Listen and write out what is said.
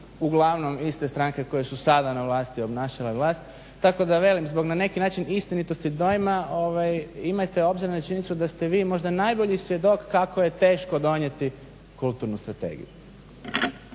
uglavnom iste stranke koje su sada na vlasti obnašale vlast. Tako da velim, zbog na neki način istinitosti dojma imajte obzira na činjenicu da ste vi možda najbolji svjedok kako je teško donijeti kulturnu strategiju.